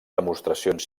demostracions